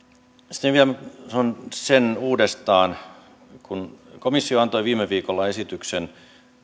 sitten vielä sanon sen uudestaan kun komissio antoi viime viikolla esityksen